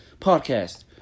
podcast